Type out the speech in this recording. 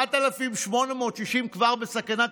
4,860 מבנים בסכנת